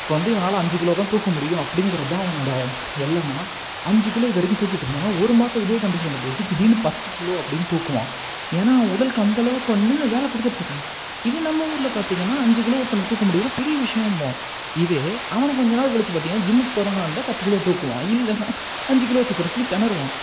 இப்போ வந்து இவனால் அஞ்சு கிலோ தான் தூக்க முடியும் அப்படிங்கிறது தான் அவனோடய எல்லைனா அஞ்சு கிலோ இதுவரைக்கும் தூக்கிட்டு இருந்தவன் ஒரு மாசம் இதே கண்டிஷனில் போயிட்டு திடீர்னு பத்து கிலோ அப்படின்னு தூக்குவான் ஏன்னா அவன் உடலுக்கு அந்த அளவுக்கு வந்து அவன் வேலை கொடுத்துட்டு இருக்கான் இதே நம்ம ஊரில் பார்த்திங்கன்னா அஞ்சு கிலோ ஒருத்தனுக்கு தூக்க முடியுதுனா பெரிய விஷயம்போம் இதே அவனை கொஞ்ச நாள் கழித்து பார்த்திங்கன்னா ஜிம்முக்கு போகிறவனா இருந்தால் பத்து கிலோ தூக்குவான் இல்லைனா அஞ்சு கிலோ தூக்கிறதுக்கு தினறுவான்